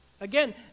Again